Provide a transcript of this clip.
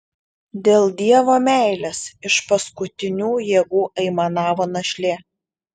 dėl dievo meilės iš paskutinių jėgų aimanavo našlė